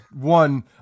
one